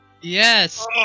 Yes